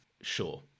Sure